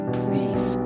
please